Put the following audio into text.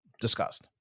discussed